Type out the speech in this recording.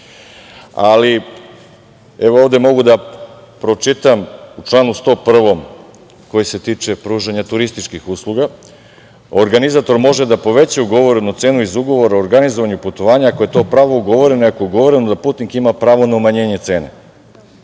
evo ovde mogu da pročitam u članu 101. koji se tiče pružanja turističkih usluga - Organizator može da poveća ugovorenu cenu iz ugovora o organizovanju putovanja ako je to pravom ugovoreno, ako je ugovoreno da putnik ima pravo na umanjenje cene.